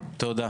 תודה רבה.